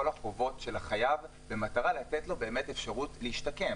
החובות של החייב במטרה לתת לו אפשרות להשתקם,